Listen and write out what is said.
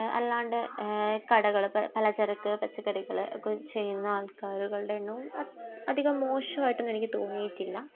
അല്ലാണ്ട് കടകൾ പലചരക്ക് പച്ചക്കറികൾ ഒക്കെ ചെയ്യുന്ന ആൾകാരുടെയൊക്കെ എണ്ണവും അധികം മോശമായിട്ടൊന്നും എനിക്ക് തോന്നിയിട്ടില്ല